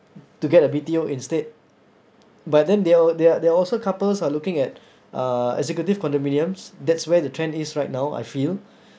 to get a B_T_O instead but then there are there are there are also couples are looking at uh executive condominiums that's where the trend is right now I feel